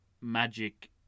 magic